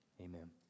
Amen